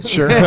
Sure